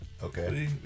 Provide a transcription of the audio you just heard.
Okay